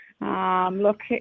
Look